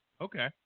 Okay